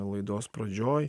laidos pradžioj